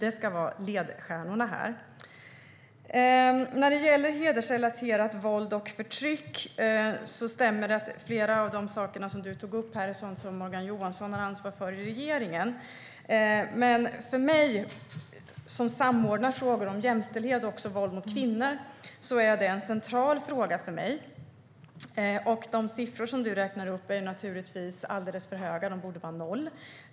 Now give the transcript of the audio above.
Det ska vara ledstjärnorna. När det gäller hedersrelaterat våld och förtryck stämmer det att flera av de saker som Christina Örnebjär tog upp är sådant som Morgan Johansson har ansvar för i regeringen. Men för mig, som samordnar frågor om jämställdhet och våld mot kvinnor, är detta en central fråga. De siffror som Christina Örnebjär räknar upp är naturligtvis alldeles för höga. De borde vara noll.